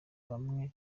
bamwe